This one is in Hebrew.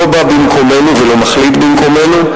לא בא במקומנו ולא מחליט במקומנו,